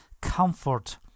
comfort